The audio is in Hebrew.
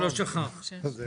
אני מטעם לשכת עורכי